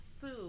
food